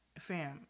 fam